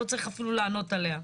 לא צריך אפילו לענות עליה.